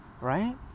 right